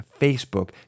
Facebook